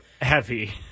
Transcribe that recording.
heavy